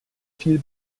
viel